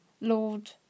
Lord